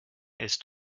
ist